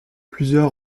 plusieurs